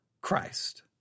Christ